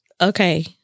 okay